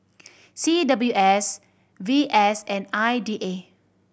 C W S V S and I D A